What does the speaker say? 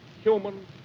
human